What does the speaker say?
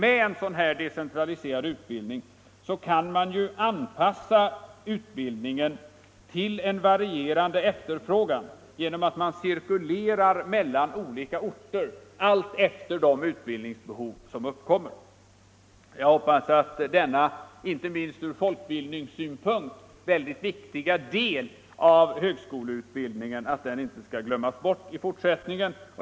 Med en sådan här decentraliserad utbildning kan man ju också anpassa utbildningen till en varierande efterfrågan genom att man cirkulerar mellan olika orter alltefter de olika utbildningsbehov som uppkommer. — Jag hoppas att denna inte minst ur folkbildningssynpunkt viktiga del av högskoleutbildningen inte skall glömmas bort i fortsättningen.